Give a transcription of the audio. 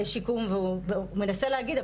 שיקום והוא מנסה להגיד,